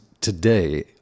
today